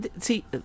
see